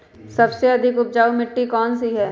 सबसे अधिक उपजाऊ मिट्टी कौन सी हैं?